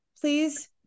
please